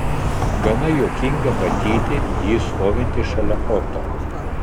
gana juokinga matyti jį stovintį šalia oto